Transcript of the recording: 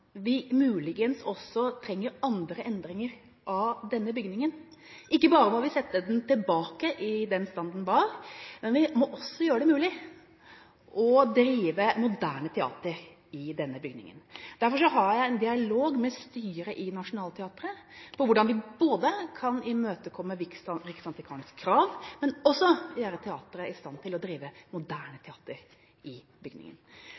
vi muligens også trenger andre endringer av denne bygningen. Ikke bare må vi sette den tilbake i den stand den var, men vi må også gjøre det mulig å drive moderne teater i denne bygningen. Derfor har jeg en dialog med styret for Nationaltheatret om hvordan vi kan både imøtekomme Riksantikvarens krav og gjøre teateret i stand til å drive moderne teater i bygningen.